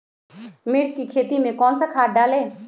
मिर्च की खेती में कौन सा खाद डालें?